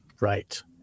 Right